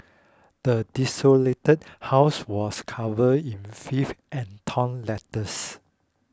the desolated house was covered in filth and torn letters